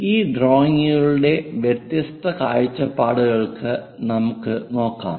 ഈ ഡ്രോയിംഗുകളുടെ വ്യത്യസ്ത കാഴ്ചപ്പാടുകൾ നമുക്ക് നോക്കാം